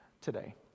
today